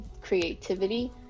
creativity